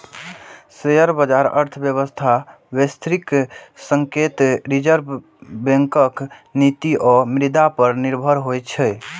share बाजार अर्थव्यवस्था, वैश्विक संकेत, रिजर्व बैंकक नीति आ मुद्रा पर निर्भर होइ छै